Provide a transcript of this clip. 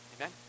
amen